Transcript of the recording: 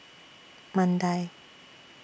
Mandai